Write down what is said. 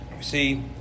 see